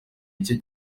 igice